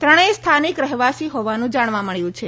ત્રણેય સ્થાનિક રહેવાસી હોવાનું જાણવા મળ્યું છે